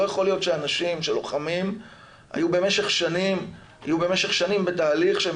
לא יכול להיות שלוחמים יהיו במשך שנים בתהליך שהם